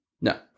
No